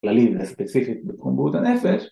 ‫לליבה הספציפית בכל תחום בריאות הנפש.